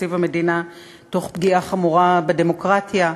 תקציב המדינה תוך פגיעה חמורה בדמוקרטיה.